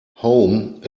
home